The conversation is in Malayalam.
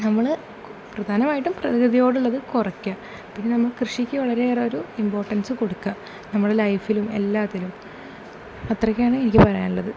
നമ്മൾ പ്രധാനമായിട്ടും പ്രകൃതിയോട് ഉള്ളത് കുറക്കുക പിന്നെ നമ്മൾ കൃഷിക്ക് വളരെയേറെ ഒരു ഇമ്പോട്ടൻസ് കൊടുക്കുക നമ്മളെ ലൈഫിലും എല്ലാത്തിലും അത്രയൊക്കൊ ആണ് എനിക്ക് പറയാനുള്ളത്